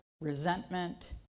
resentment